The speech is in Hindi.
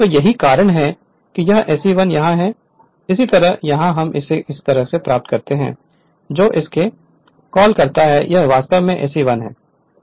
तो यही कारण है कि यह SE1 यहां है इसी तरह यहां हम इसे इस तरह से प्राप्त करते हैं कि जो इस से कॉल करता है वह वास्तव में SE1 है